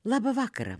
labą vakarą